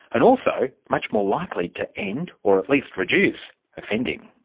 and also much more likely to end, or at least reduce offending.